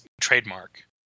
trademark